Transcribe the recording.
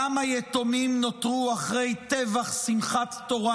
כמה יתומים נותרו אחרי טבח שמחת תורה,